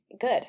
good